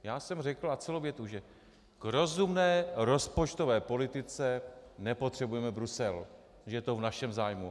Já jsem řekl, a celou větu, že k rozumné rozpočtové politice nepotřebujeme Brusel, je to v našem zájmu.